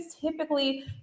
typically